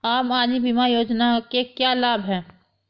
आम आदमी बीमा योजना के क्या लाभ हैं?